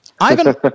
Ivan